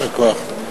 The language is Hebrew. תודה.